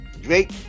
drake